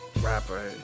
rapper